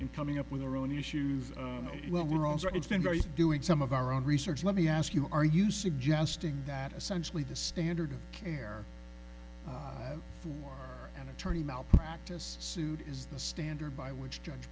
in coming up with their own issues well it's been very doing some of our own research let me ask you are you suggesting that essentially the standard of care for an attorney malpractise suit is the standard by which judge